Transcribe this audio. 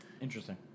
Interesting